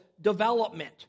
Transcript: development